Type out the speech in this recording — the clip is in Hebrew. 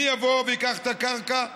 מי יבוא וייקח את הקרקע?